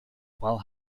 while